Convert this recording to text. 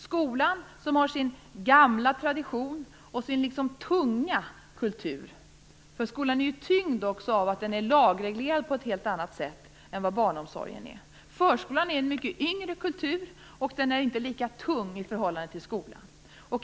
Skolan har sin gamla tradition och sin tunga kultur. Skolan är ju tyngd av att den är lagreglerad på ett helt annat sätt än vad barnomsorgen är. Förskolan är en mycket yngre kultur, och den är inte lika tung i förhållande till skolan.